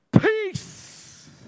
Peace